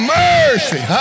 mercy